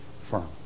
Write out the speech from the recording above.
firm